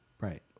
Right